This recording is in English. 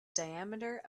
diameter